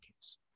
case